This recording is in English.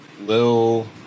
Lil